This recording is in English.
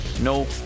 No